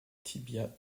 tibia